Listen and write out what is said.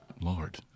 Lord